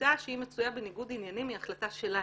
ההחלטה שהיא מצויה בניגוד עניינים היא החלטה שלה.